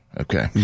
Okay